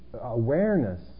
awareness